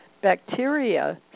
Bacteria